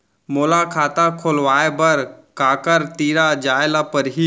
मोला खाता खोलवाय बर काखर तिरा जाय ल परही?